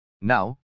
Now